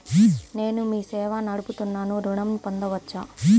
నేను మీ సేవా నడుపుతున్నాను ఋణం పొందవచ్చా?